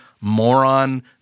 moron